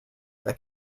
that